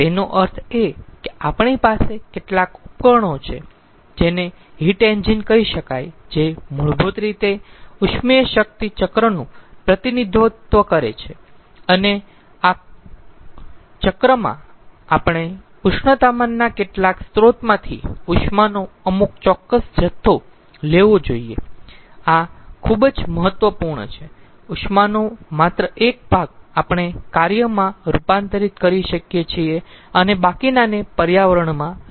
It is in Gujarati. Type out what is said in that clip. તેનો અર્થ એ કે આપણી પાસે કેટલાક ઉપકરણો છે જેને હીટ એન્જિન કહી શકાય જે મૂળભૂત રીતે ઉષ્મીય શક્તિ ચક્રનું પ્રતિનિધિત્વ કરે છે અને આ ચક્રમાં આપણે ઉષ્ણતામાનના કેટલાક સ્રોતમાંથી ઉષ્માનો અમુક ચોક્કસ જથ્થો લેવો જોઈયે આ ખુબ જ મહત્વપૂર્ણ છે ઉષ્માનો માત્ર એક ભાગ આપણે કાર્યમાં રૂપાંતરિત કરી શકીયે છીએ અને બાકીનાને પર્યાવરણમાં નિકાલ કરવા જોઈએ